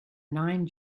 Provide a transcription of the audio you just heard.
nine